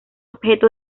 objeto